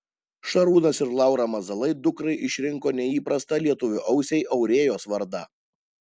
šarūnas ir laura mazalai dukrai išrinko neįprastą lietuvio ausiai aurėjos vardą